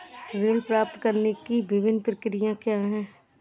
ऋण प्राप्त करने की विभिन्न प्रक्रिया क्या हैं?